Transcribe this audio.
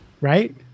Right